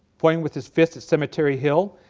pointing with his fist at cemetery hill,